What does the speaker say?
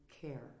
care